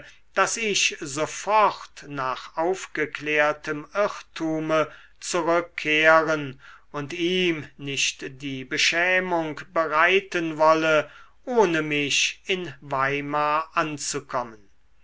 daß ich sofort nach aufgeklärtem irrtume zurückkehren und ihm nicht die beschämung bereiten wolle ohne mich in weimar anzukommen